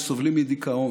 הם סובלים מדיכאון.